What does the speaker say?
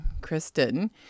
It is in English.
Kristen